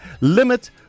limit